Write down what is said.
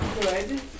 good